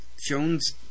Jones